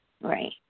Right